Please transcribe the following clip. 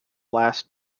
last